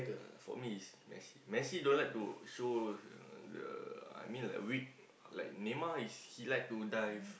for me is Messi Messi don't like to show the I mean like weak Neymar is he like to dive